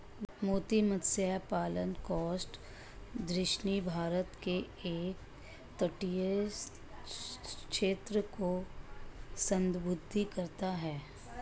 मोती मत्स्य पालन कोस्ट दक्षिणी भारत के एक तटीय क्षेत्र को संदर्भित करता है